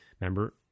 Remember